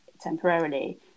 temporarily